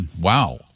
Wow